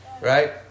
Right